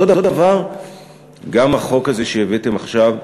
אותו דבר גם החוק הזה שהבאתם עכשיו,